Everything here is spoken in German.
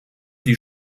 die